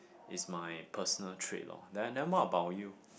is my personal trait loh then then what about you